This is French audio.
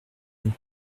une